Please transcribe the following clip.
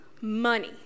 money